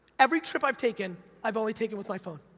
every trip i've taken, i've only taken with my phone.